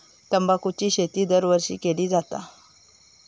तंबाखूची शेती दरवर्षी केली जाता